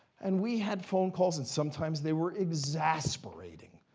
and we had phone calls, and sometimes they were exasperating.